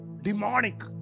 demonic